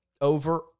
over